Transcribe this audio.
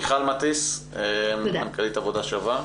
מיכל מטס, מנכ"לית עבודה שווה.